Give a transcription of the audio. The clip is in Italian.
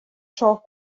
ciò